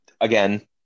again